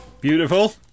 Beautiful